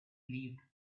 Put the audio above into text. leafed